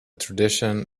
tradition